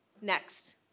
Next